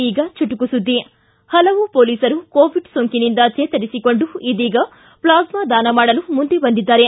ಈಗ ಚುಟುಕು ಸುದ್ದಿ ಹಲವು ಪೊಲೀಸರು ಕೋವಿಡ್ ಸೋಂಕಿನಿಂದ ಚೇತರಿಸಿಕೊಂಡು ಇದೀಗ ಪ್ಲಾಸ್ನಾ ದಾನ ಮಾಡಲು ಮುಂದೆ ಬಂದಿದ್ದಾರೆ